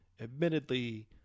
admittedly